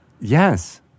Yes